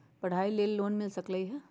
पढाई के लेल लोन मिल सकलई ह की?